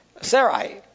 Sarai